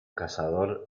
cazador